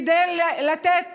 כדי לתת